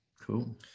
cool